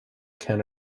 can